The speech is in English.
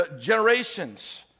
generations